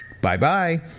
bye-bye